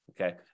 okay